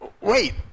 wait